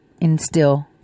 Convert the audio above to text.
instill